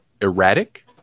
erratic